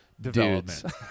development